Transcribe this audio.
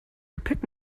gepäck